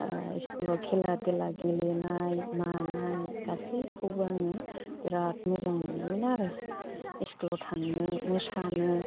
स्कुलाव खेला देला गेलेनाय मानाय गासैखौबो आङो बिराद मोजां मोनोमोन आरो स्कुलाव थांनो मोसानो